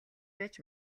байж